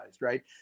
right